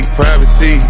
privacy